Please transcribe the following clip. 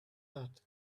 that